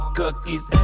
cookies